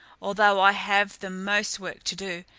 although i have the most work to do.